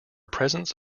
presence